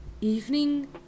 Evening